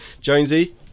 Jonesy